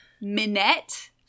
Minette